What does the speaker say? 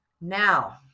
now